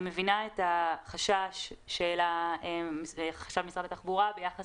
אני מבינה את החשש של חשב משרד התחבורה ביחס